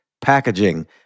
packaging